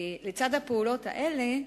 לצד הפעולות האלה,